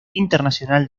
internacional